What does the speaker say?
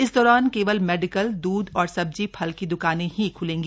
इस दौरान केवल मेडिकल दूध और सब्जी फल की द्रकानें ही ख्लेंगी